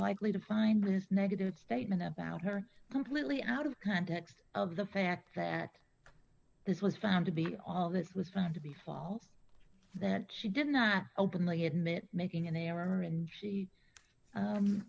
likely to find less negative statement about her completely out of context of the fact that this was found to be all this was found to be false that she did not openly admit making an error in she